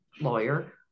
lawyer